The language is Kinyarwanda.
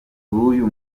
b’uyu